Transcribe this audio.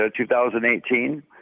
2018